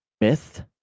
myth